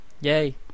yay